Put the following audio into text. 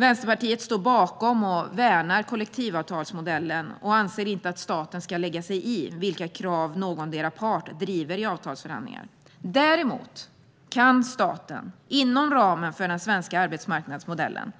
Vänsterpartiet står bakom och värnar kollektivavtalsmodellen och anser inte att staten ska lägga sig i vilka krav någondera parten driver i avtalsförhandlingar. Däremot kan staten, inom ramen för den svenska arbetsmarknadsmodellen,